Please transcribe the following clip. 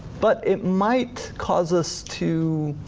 but it might cause us to